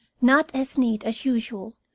not as neat as usual,